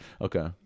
okay